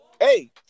Hey